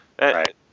Right